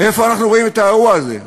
איפה אנחנו רואים את האירוע הזה.